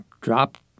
dropped